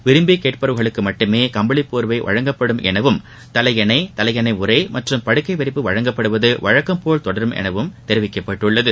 விரும்பி கேட்பவர்களுக்கு மட்டுமே கம்பளிப்போர்வை வழங்கப்படும் எனவும் தலையணை தலையணை உரை மற்றும் படுக்கை விரிப்பு வழங்கப்படுவது வழக்கம்போல் தொடரும் எனவும் தெரிவிக்கப்பட்டுள்ளது